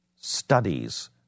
studies